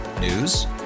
News